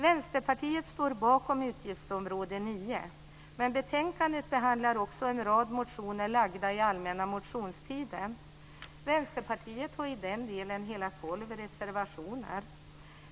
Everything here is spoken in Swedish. Vänsterpartiet står bakom utgiftsområde 9, men betänkandet behandlar också en rad motioner väckta under den allmänna motionstiden. Vänsterpartiet har i den delen hela tolv reservationer.